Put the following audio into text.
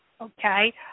okay